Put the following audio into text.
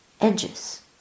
edges